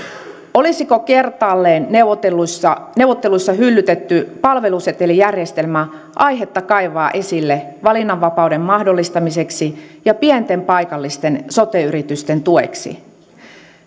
olisiko kertaalleen neuvotteluissa neuvotteluissa hyllytetty palvelusetelijärjestelmä aihetta kaivaa esille valinnanvapauden mahdollistamiseksi ja pienten paikallisten sote yritysten tueksi